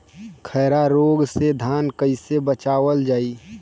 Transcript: खैरा रोग से धान कईसे बचावल जाई?